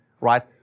right